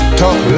talk